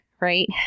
right